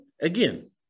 Again